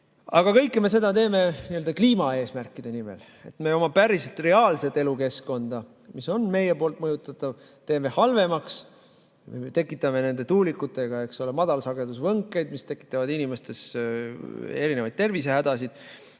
Aga kõike seda me teeme n‑ö kliimaeesmärkide nimel. Me oma päris reaalset elukeskkonda, mis on meie poolt mõjutatav, teeme halvemaks. Tekitame nende tuulikutega madalsagedusvõnkeid, mis tekitavad inimestel erinevaid tervisehädasid.